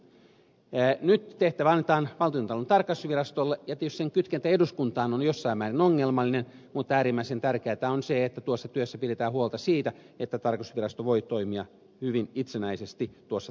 nyt tehtävä annetaan valtiontalouden tarkastusvirastolle ja tietysti sen kytkentä eduskuntaan on jossain määrin ongelmallinen mutta äärimmäisen tärkeätä on se että tuossa työssä pidetään huolta siitä että tarkastusvirasto voi toimia hyvin itsenäisesti tuossa tarkastustyössään